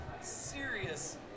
serious